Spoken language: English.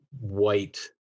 white